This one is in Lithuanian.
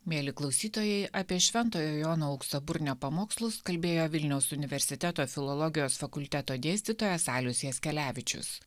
mieli klausytojai apie šventojo jono auksaburnio pamokslus kalbėjo vilniaus universiteto filologijos fakulteto dėstytojas alius jaskelevičius